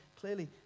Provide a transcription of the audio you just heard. clearly